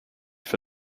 for